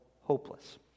hopeless